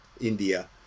india